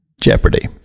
jeopardy